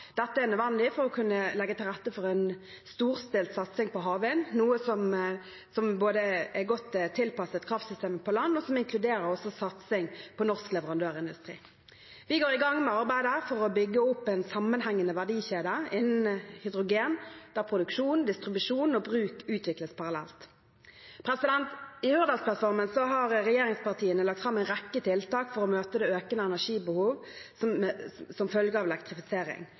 Dette er nødvendig for å kunne legge til rette for en storstilt satsing på havvind, som både er godt tilpasset kraftsystemet på land og inkluderer satsing på norsk leverandørindustri. Vi går i gang med arbeidet for å bygge opp en sammenhengende verdikjede innen hydrogen, der produksjon, distribusjon og bruk utvikles parallelt. I Hurdalsplattformen har regjeringspartiene lagt fram en rekke tiltak for å møte et økende energibehov som følge av elektrifisering.